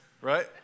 right